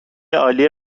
عالی